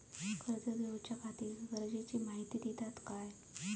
कर्ज घेऊच्याखाती गरजेची माहिती दितात काय?